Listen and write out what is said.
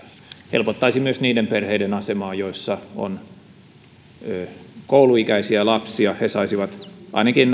helpottaisi myös niiden perheiden asemaa joissa on kouluikäisiä lapsia he saisivat ainakin